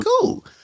cool